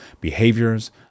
behaviors